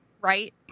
right